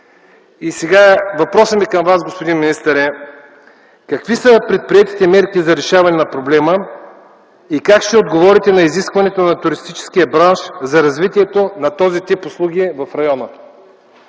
кейове. Въпросът ми към Вас, господин министър, е: какви са предприетите мерки за решаване на проблема и как ще отговорите на изискванията на туристическия бранш за развитието на този тип услуги в района?